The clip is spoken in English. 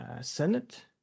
Senate